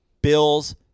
Bills